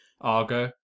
Argo